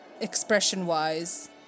expression-wise